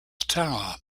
tower